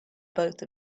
both